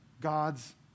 God's